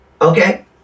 Okay